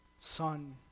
Son